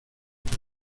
tus